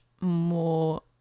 more